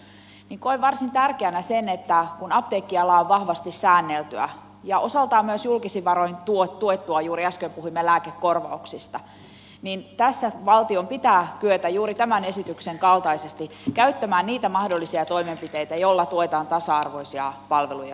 näin koen varsin tärkeäksi sen että kun apteekkiala on vahvasti säänneltyä ja osaltaan myös julkisin varoin tuettua juuri äsken puhuimme lääkekorvauksista niin tässä valtion pitää kyetä juuri tämän esityksen kaltaisesti käyttämään niitä mahdollisia toimenpiteitä joilla tuetaan tasa arvoisia palveluja suomalaisille